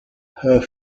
her